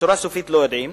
בצורה סופית לא יודעים.